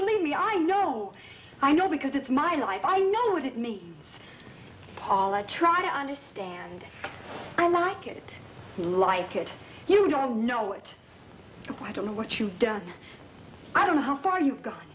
believe me i know i know because it's my life i know what it means all i try to understand i like it like it you don't know it i don't know what you've done i don't know how far you've go